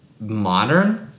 modern